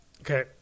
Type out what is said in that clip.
Okay